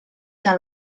que